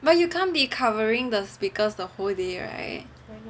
but you can't be covering the speakers the whole day right